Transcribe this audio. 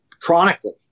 Chronically